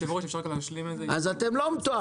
אם יורשה לי להשלים את הדברים עד הסוף ואני אתן תמונה מלאה.